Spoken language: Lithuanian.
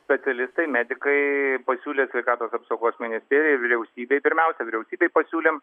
specialistai medikai pasiūlė sveikatos apsaugos ministerijai vyriausybei pirmiausia vyriausybei pasiūlėm